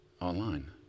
online